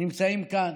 שנמצאים כאן,